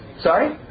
sorry